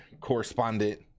correspondent